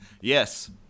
Yes